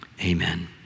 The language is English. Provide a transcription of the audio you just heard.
Amen